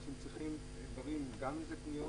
אנשים צריכים דברים גם אם זה קניות,